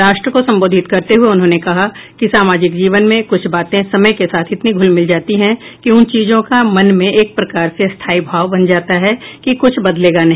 राष्ट्र को संबोधित करते हुए उन्होंने कहा कि सामाजिक जीवन में कुछ बातें समय के साथ इतनी घुल मिल जाती है कि उन चीजों का मन में एक प्रकार से स्थायी भाव बन जाता है कि कुछ बदलेगा ही नहीं